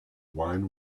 wine